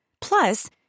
Plus